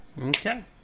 okay